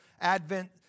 Advent